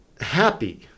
happy